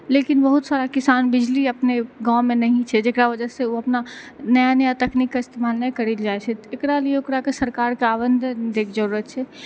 लेकिन बहुत सारा किसान बिजली अपने गाँवमे नहि छै जेकरा वजह से ओ अपना नया नया तकनीकके इस्तेमाल नहि करिला चाहै छै एकरा लिए ओकरा के सरकार के आवेदन दै के जरुरत छै